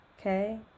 okay